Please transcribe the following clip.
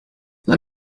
let